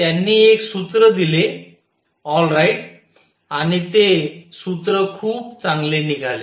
तर त्यांनी एक सूत्र दिले ऑल राईट आणि ते सूत्र खूप चांगले निघाले